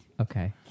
Okay